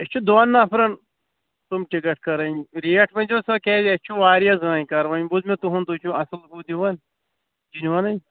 اَسہِ چھُ دۅن نَفرَن سُم ٹِکَٹ کَرٕنۍ ریٚٹ ؤنۍزیٚو سۅ کیٚازِ اَسہِ چھِ واریاہ زٲنۍکار وۅنۍ بوٗز مےٚ تُہُنٛد تُہۍ چھِو اَصٕل ہُو دِوان جینوینٕے